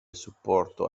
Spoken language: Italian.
supporto